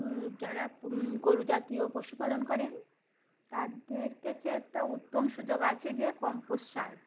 যারা গরু জাতীয় পশুপালন করেন তাদের কাছে একটা উত্তম সুযোগ আছে যে কম্পোস্ট সার